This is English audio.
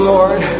Lord